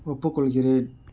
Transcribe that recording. ஒப்புக்கொள்கிறேன்